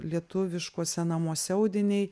lietuviškuose namuose audiniai